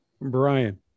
Brian